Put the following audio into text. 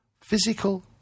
physical